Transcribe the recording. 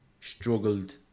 struggled